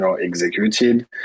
executed